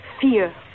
Fear